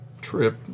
trip